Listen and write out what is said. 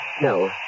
No